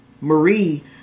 Marie